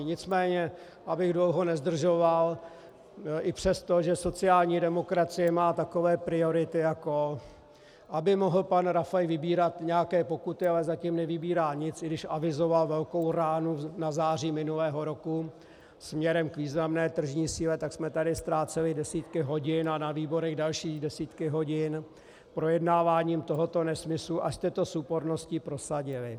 Nicméně abych dlouho nezdržoval, i přestože sociální demokracie má takové priority, jako aby mohl pan Rafaj vybírat nějaké pokuty, ale zatím je nevybírá nic, i když avizoval velkou ránu na září minulého roku směrem k významné tržní síle, tak jsme tady ztráceli desítky hodin a na výborech další desítky hodin projednáváním tohoto nesmyslu, až jste to s úporností prosadili.